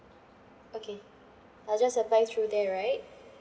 okay I'll just apply through there right